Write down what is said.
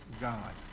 God